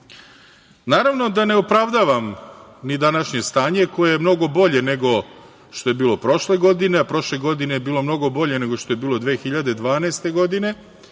Naravno da ne opravdavam ni današnje stanje, koje je mnogo bolje, nego što je bilo prošle godine, a prošle godine je bilo mnogo bolje nego što je bilo 2012. godine,